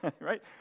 Right